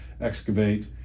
excavate